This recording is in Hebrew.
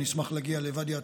אני אשמח להגיע לוואדי עתיר.